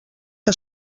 que